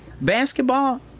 basketball